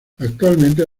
actualmente